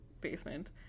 basement